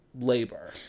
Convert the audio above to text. labor